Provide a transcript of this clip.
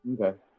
okay